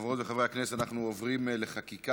חברות וחברי הכנסת, אנחנו עוברים לחקיקה.